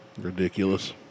Ridiculous